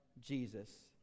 Jesus